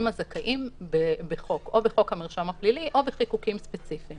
הזכאים בחוק או בחוק המרשם הפלילי או בחיקוקים ספציפיים.